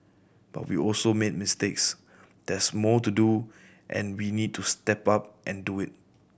but we also made mistakes there's more to do and we need to step up and do it